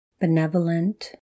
benevolent